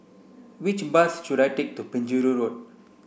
which bus should I take to Penjuru Road